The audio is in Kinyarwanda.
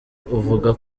uvuga